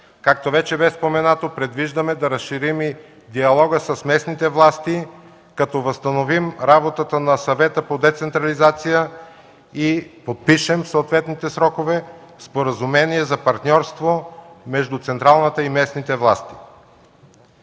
Както вече бе споменато, предвиждаме да разширим и диалога с местните власти, като възстановим работата на Съвета по децентрализация и подпишем съответните срокове и споразумения за партньорство между централната и местните власти.